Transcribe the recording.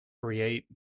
create